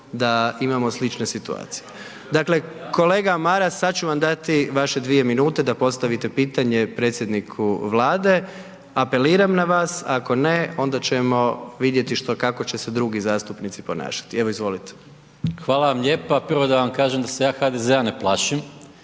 da imamo slične situacije. Dakle, kolega Maras, sad ću vam dati vaše 2 minute da postavite pitanje predsjedniku Vlade, apeliram na vas, a ako ne, onda ćemo vidjeti kako će se drugi zastupnici ponašati, evo izvolite. **Maras, Gordan (SDP)** Hvala vam lijepa. Prvo da vam kažem da se ja HDZ-a ne plašim